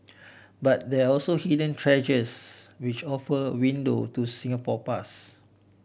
but there are also hidden treasures which offer a window to Singapore past